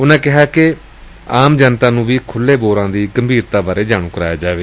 ਉਨੂਾ ਕਿਹਾ ਕਿ ਆਮ ਜਨਤਾ ਨੂੰ ਵੀ ਖੁਲ੍ਹੇ ਬੋਰਾਂ ਦੀ ਗੰਭੀਰਤਾ ਬਾਰੇ ਜਾਣੂ ਕਰਵਾਇਆ ਜਾਏ